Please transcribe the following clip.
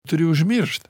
turi užmiršt